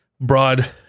broad